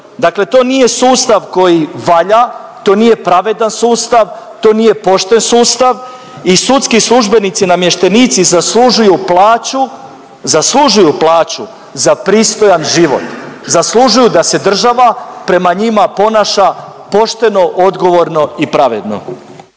Dakle, to nije sustav koji valja, to nije pravedan sustav, to nije pošten sustav i sudski službenici i namještenici zaslužuju plaću, zaslužuju plaću za pristojan život. Zaslužuju da se država prema njima ponaša, pošteno, odgovorno i pravedno.